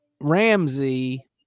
Ramsey